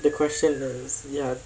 the question though is ya